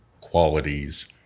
qualities